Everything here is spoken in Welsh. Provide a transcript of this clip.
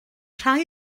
rhai